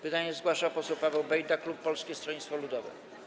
Pytanie zgłasza poseł Paweł Bejda, klub Polskiego Stronnictwa Ludowego.